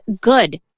good